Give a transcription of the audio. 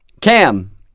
cam